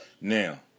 Now